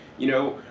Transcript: you know,